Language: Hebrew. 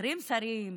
מפטרים שרים,